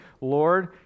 Lord